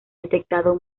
detectado